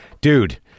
dude